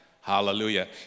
Hallelujah